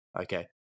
okay